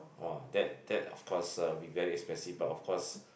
!wah! that that of course uh will be very expensive but of course